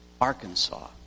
Arkansas